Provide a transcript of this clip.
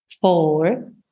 four